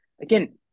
again